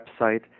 website